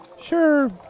Sure